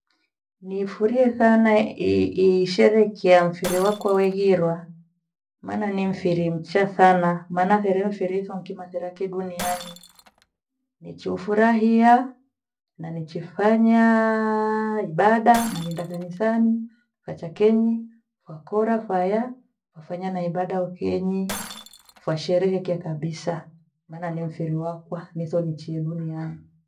Nifurie sana i- isherekeha mfiriwakwa wehirwa maana ni mfiri mcha sana. Maana therio mfiri itho nkimathera kiduniani nichiufurahia na nichifanyaa ibada naghenda kanisani wacha kenyi wakora faya wafanya na ibada ukenyi fasheherekea kabisa. Maana ni mfiri wakwa Yesu nichie duniani.